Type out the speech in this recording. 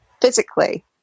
physically